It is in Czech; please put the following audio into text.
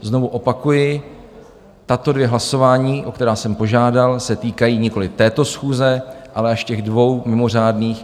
Znovu opakuji, tato dvě hlasování, o která jsem požádal, se týkají nikoliv této schůze, ale až těch dvou mimořádných.